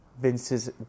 Vince's